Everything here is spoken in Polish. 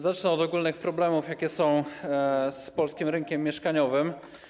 Zacznę od ogólnych problemów, jakie są z polskim rynkiem mieszkaniowym.